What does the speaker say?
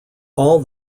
all